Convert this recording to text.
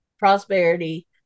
prosperity